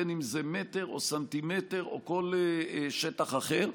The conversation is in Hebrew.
בין אם זה מטר או סנטימטר או כל שטח אחר.